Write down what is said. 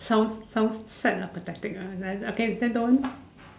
sounds sounds sad lah pathetic lah okay then don't want